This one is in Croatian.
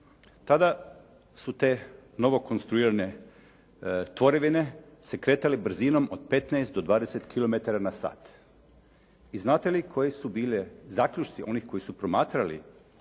tada su te novo konstruirane tvorevine se kretale brzinom od 15 do 20 km/h. I znate li koje su bili zaključci onih koji su promatrali